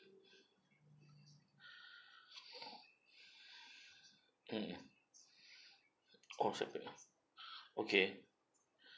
mm okay